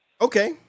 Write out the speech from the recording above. Okay